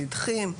נדחים,